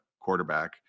quarterback